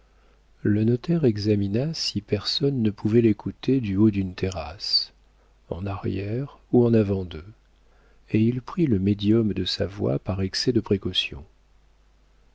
le notaire examina si personne ne pouvait l'écouter du haut d'une terrasse en arrière ou en avant d'eux et il prit le médium de sa voix par excès de précaution